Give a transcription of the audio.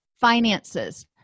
finances